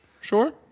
Sure